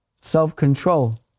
Self-control